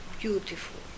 beautiful